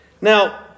Now